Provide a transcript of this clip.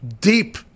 deep